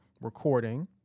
recording